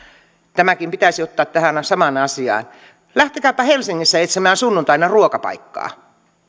tämäkin pitäisi ottaa tähän samaan asiaan lähtekääpä helsingissä etsimään sunnuntaina ruokapaikkaa